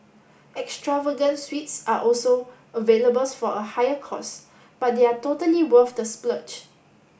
extravagant suites are also available for a higher cost but they are totally worth the splurge